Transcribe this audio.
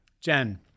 Jen